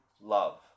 love